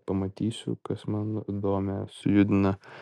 pamatysiu kas man domę sujudina